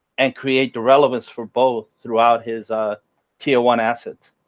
and create the relevance for both throughout his ah tier one assets.